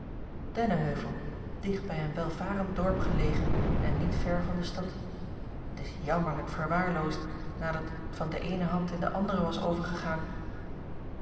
dennenheuvel dicht bij een welvarend dorp gelegen en niet ver van de stad het is jammerlijk verwaarloosd nadat het van de eene hand in de andere was overgegaan